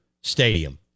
Stadium